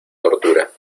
tortura